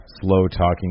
Slow-talking